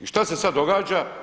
I šta se sada događa?